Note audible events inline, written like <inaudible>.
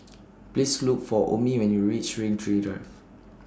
<noise> Please Look For Omie when YOU REACH Rain Tree Drive